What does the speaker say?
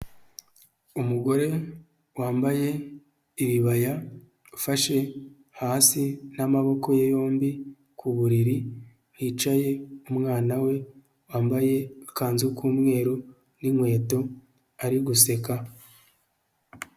Umugore wambaye iribaya ufashe hasi n'amaboko ye yombi ku buriri hicaye umwana we wambaye agakanzu k'umweru n'inkweto ari guseka.